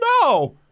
No